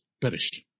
perished